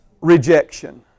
Rejection